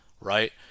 right